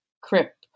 crip